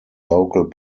local